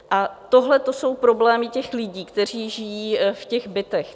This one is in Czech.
A tohle jsou problémy těch lidí, kteří žijí v těch bytech.